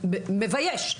מבייש,